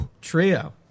Trio